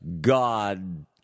God